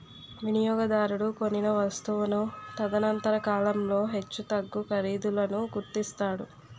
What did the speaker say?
వినియోగదారుడు కొనిన వస్తువును తదనంతర కాలంలో హెచ్చుతగ్గు ఖరీదులను గుర్తిస్తాడు